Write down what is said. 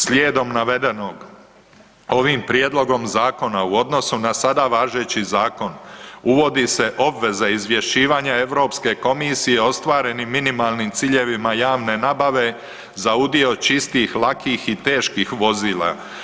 Slijedom navedenog, ovim prijedlogom zakon u odnosu na sada važeći zakon uvodi se obveza izvješćivanja Europske komisije o ostvarenim minimalnim ciljevima javne nabave za udio čistih, lakih i teških vozila.